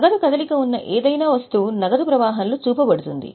నగదు కదలిక ఉన్న ఏదైనా వస్తువు నగదు ప్రవాహంలో చూపబడుతుంది